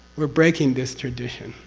we're breaking this tradition.